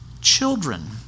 children